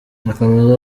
akomeza